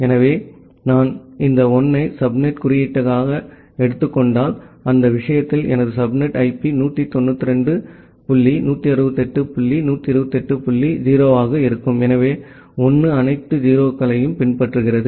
எனவே நான் இந்த 1 ஐ சப்நெட் குறிகாட்டியாக எடுத்துக் கொண்டால் அந்த விஷயத்தில் எனது subnet IP 192 dot 168 dot 128 dot 0 ஆக இருக்கும் எனவே 1 அனைத்து 0 களையும் பின்பற்றுகிறது